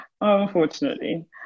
Unfortunately